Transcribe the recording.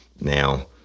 Now